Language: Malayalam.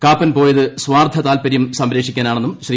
കാപ്പൻ പോയത് സ്വാർത്ഥ താല്പര്യം സംരക്ഷിക്കാനെന്നും ശ്രീ